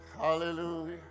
Hallelujah